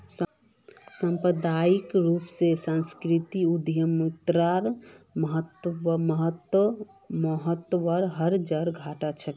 सांप्रदायिक रूप स सांस्कृतिक उद्यमितार महत्व हर जघट छेक